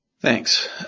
Thanks